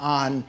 on